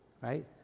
right